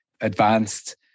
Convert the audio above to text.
advanced